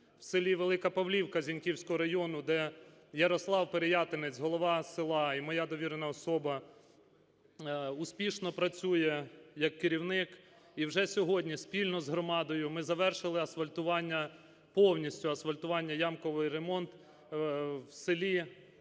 в селі Велика Павлівка Зіньківського району, де Ярослав Переятенець, голова села і моя довірена особа, успішно працює як керівник, і вже сьогодні спільно з громадою ми завершили асфальтування, повністю асфальтування, ямковий ремонт, в селі